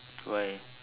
why